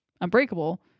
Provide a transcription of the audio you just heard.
Unbreakable